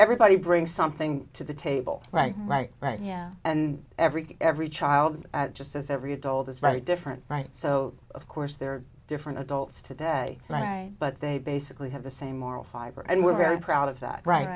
everybody bring something to the table right like right yeah and every every child just as every adult is very different right so of course they're different adults today and i but they basically have the same moral fiber and we're very proud of that right